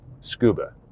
SCUBA